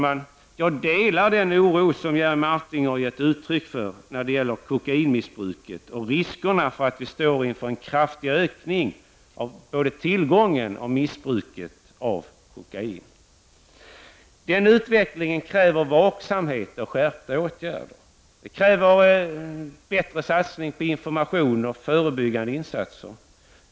Jag delar Jerry Martingers oro för kokainmissbruket och riskerna för en kraftig ökning av både tillgången på och missbruket av kokain. Utvecklingen kräver vaksamhet och skärpta åtgärder. Det krävs också en större satsning på information och förebyggande åtgärder.